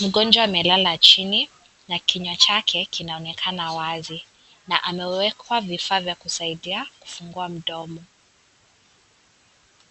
Mgonjwa amelala chini na kinywa chake kinaonekana wazi na amewekwa vifaa vya kusaidia kufungua mdomo.